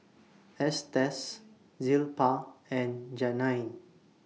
Estes Zilpah and Janine